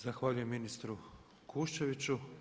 Zahvaljujem ministru Kuščeviću.